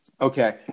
Okay